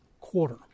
quarter